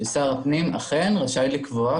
ששר הפנים אכן רשאי לקבוע,